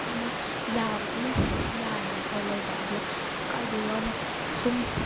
ꯑꯗꯨꯅ ꯌꯥꯕꯨꯗꯤ ꯌꯥꯏꯌꯦꯕꯀꯣ ꯂꯧꯕ ꯑꯗꯣ ꯀꯥꯥꯏꯗꯩ ꯋꯥꯅꯣ ꯑꯁꯨꯝ